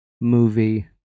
movie